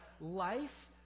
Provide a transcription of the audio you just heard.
life